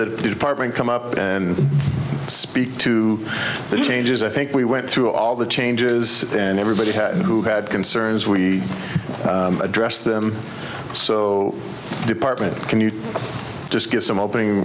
the department come up and speak to the changes i think we went through all the changes and everybody had who had concerns we address them so department can you just give some opening